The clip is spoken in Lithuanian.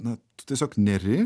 na tu tiesiog neri